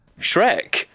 Shrek